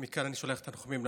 ומכאן אני שולח תנחומים למשפחה,